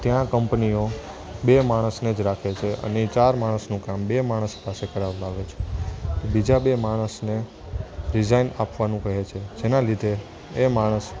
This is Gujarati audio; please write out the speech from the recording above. ત્યાં કંપનીઓ બે માણસને રાખે છે અને એ ચાર માણસનું કામ બે માણસ પાસે કરાવામાં આવે છે બીજા બે માણસને રિઝાઇન આપવાનું કહે છે જેના લીધે એ માણસ